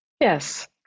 Yes